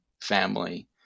family